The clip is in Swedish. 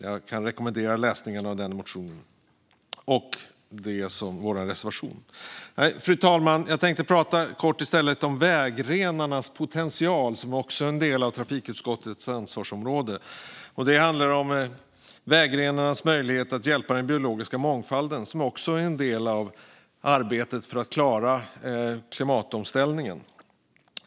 Jag kan rekommendera läsning av den motionen och vår reservation. Nej, fru talman, jag tänkte i stället kort prata om vägrenarnas potential, som också är en del av trafikutskottets ansvarsområde. Det handlar om vägrenarnas möjlighet att hjälpa den biologiska mångfalden, som är en del av arbetet för att klara klimatomställningen.